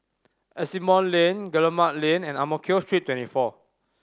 Asimont Lane Guillemard Lane and Ang Mo Kio Street Twenty four